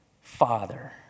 Father